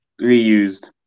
reused